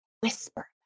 Whisper